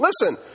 listen